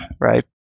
right